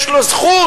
יש לו זכות,